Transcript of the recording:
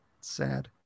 sad